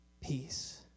peace